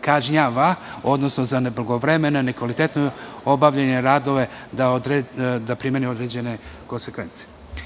kažnjava odnosno da za neblagovremeno i nekvalitetno obavljene radove primeni određene konsekvence. Ovim